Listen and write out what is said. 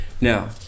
Now